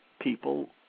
people